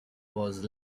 was